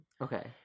Okay